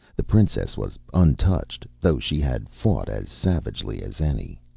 the princess was untouched, though she had fought as savagely as any.